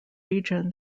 region